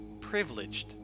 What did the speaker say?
privileged